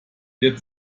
ihr